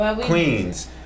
queens